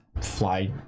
fly